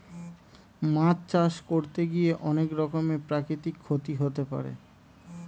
মাছ চাষ করতে গিয়ে অনেক রকমের প্রাকৃতিক ক্ষতি হতে পারে